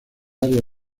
área